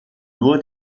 nur